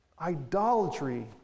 Idolatry